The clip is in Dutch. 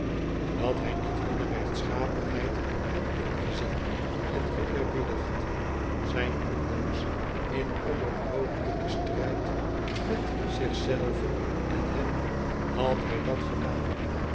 dat u niet hunne rechtschapenheid had ingezien en geëerbiedigd zijn ondanks in onophoudelijken strijd met zich zelven en hen had hij dat gedaan